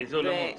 איזה עולמות?